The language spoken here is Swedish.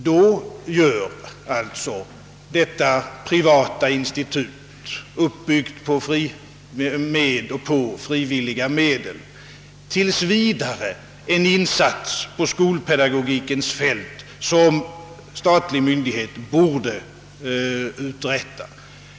Då gör alltså detta privata institut, uppbyggt på frivilliga medel, tills vidare en insats på skolpedagogikens fält som statlig myndighet borde göra.